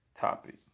topic